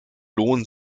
lohnen